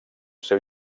seu